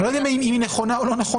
אני לא יודע אם היא נכונה או לא נכונה.